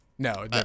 No